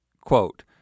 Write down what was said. Quote